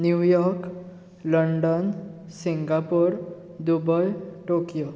New York London Singapore Dubai Tokyo